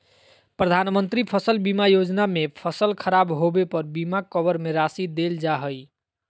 प्रधानमंत्री फसल बीमा योजना में फसल खराब होबे पर बीमा कवर में राशि देल जा हइ